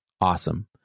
Awesome